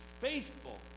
faithful